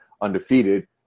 undefeated